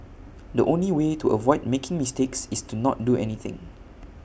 the only way to avoid making mistakes is to not do anything